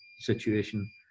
situation